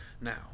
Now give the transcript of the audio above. now